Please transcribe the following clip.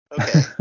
Okay